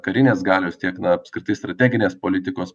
karinės galios tiek na apskritai strateginės politikos